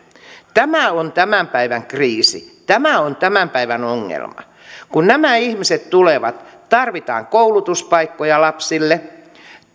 tämä on tämän päivän kriisi tämä on tämän päivän ongelma kun nämä ihmiset tulevat tarvitaan koulutuspaikkoja lapsille